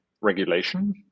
regulation